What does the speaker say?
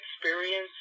experience